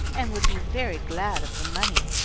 and would be very glad of the money.